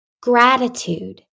Gratitude